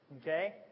Okay